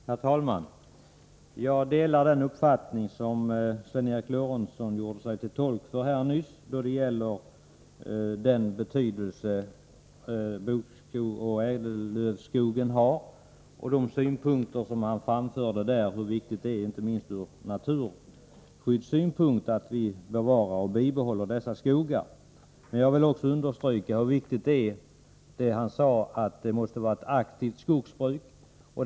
Herr talman! Jag delar den uppfattning som Sven Eric Lorentzon gjorde sig till tolk för nyss då det gäller den betydelse ädellövskogen har, och jag ansluter mig till de synpunkter som han framförde om hur viktigt det är inte minst ur naturskyddssynpunkt att vi bevarar dessa skogar. Men jag vill också understryka vikten av vad han sade om att det måste vara ett aktivt skogsbruk.